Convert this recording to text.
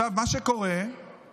אתה לא יכול בפחות מהמודד.